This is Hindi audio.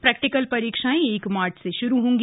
प्रैक्टिल परीक्षा एक मार्च से शुरू होगी